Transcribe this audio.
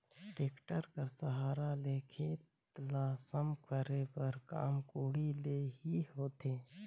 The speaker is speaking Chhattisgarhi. टेक्टर कर सहारा ले खेत ल सम करे कर काम कोड़ी ले ही होथे